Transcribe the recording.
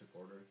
order